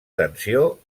tensió